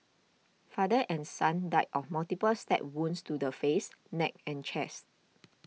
father and son died of multiple stab wounds to the face neck and chest